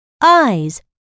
eyes